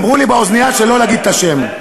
אמרו לי באוזנייה שלא להגיד את השם.